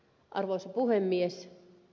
arvoisa puhemies